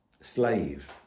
slave